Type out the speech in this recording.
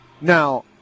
Now